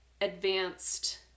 advanced